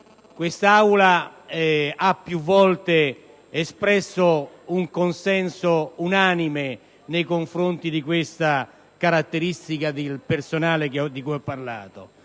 Quest'Aula ha più volte espresso un consenso unanime nei confronti della peculiarità del personale di cui ho parlato.